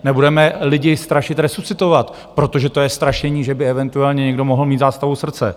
Nebudeme lidi strašit resuscitací, protože to je strašení, že by eventuálně někdo mohl mít zástavu srdce.